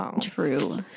true